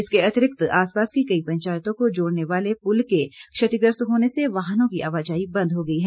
इसके अतिरिक्त आसपास की कई पंचायतों को जोड़ने वाला पुल के क्षतिग्रस्त होने से वाहनों की आवाजाही बंद हो गई है